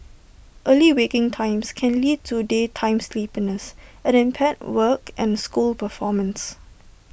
early waking times can lead to daytime sleepiness and impaired work and school performance